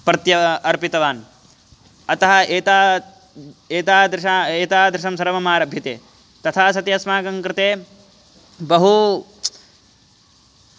प्रत्य अर्पितवान् अतः एता एतादृशं एतादृशं सर्वम् आरभ्यते तथा सति अस्माकं कृते बहु